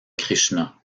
krishna